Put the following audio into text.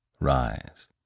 rise